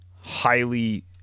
highly